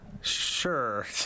sure